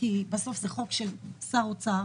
כי בסוף זה חוק של שר אוצר.